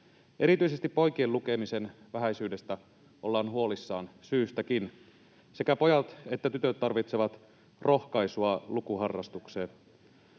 Erityisesti poikien lukemisen vähäisyydestä ollaan huolissaan — syystäkin. Sekä pojat että tytöt tarvitsevat rohkaisua lukuharrastukseen.